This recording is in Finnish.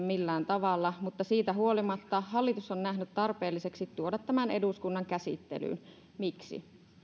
millään tavalla mutta siitä huolimatta hallitus on nähnyt tarpeelliseksi tuoda tämän eduskunnan käsittelyyn miksi